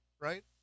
Right